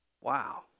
Wow